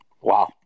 Wow